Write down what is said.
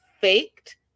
faked